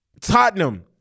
Tottenham